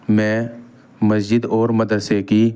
میں مسجد اور مدرسے کی